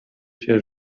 się